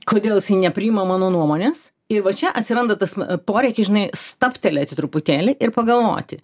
kodėl jisai nepriima mano nuomonės ir va čia atsiranda tas poreikis žinai stabtelėti truputėlį ir pagalvoti